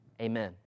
Amen